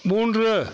மூன்று